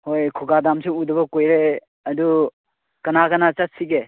ꯍꯣꯏ ꯈꯨꯒꯥ ꯗꯥꯝꯁꯨ ꯎꯗꯕ ꯀꯨꯏꯔꯦ ꯑꯗꯨ ꯀꯅꯥ ꯀꯅꯥ ꯆꯠꯁꯤꯒꯦ